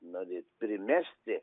norėt primesti